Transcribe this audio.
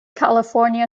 california